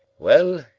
well,